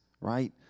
right